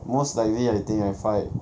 most likely I think I fight